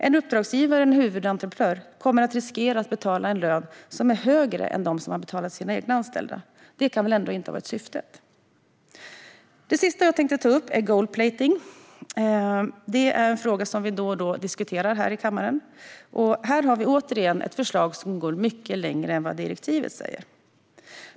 En uppdragsgivare eller en huvudentreprenör kommer att riskera att betala en lön som är högre än den man betalar sina egna anställda. Det kan väl ändå inte ha varit syftet? Det sista jag tänkte ta upp är gold-plating. Det är en fråga vi då och då diskuterar i kammaren, och här har vi återigen ett förslag som går mycket längre än vad direktivet säger.